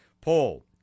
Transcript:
poll